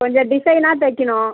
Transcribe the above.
கொஞ்சம் டிசைனாக தைக்கணும்